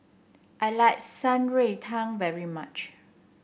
I like Shan Rui Tang very much